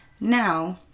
Now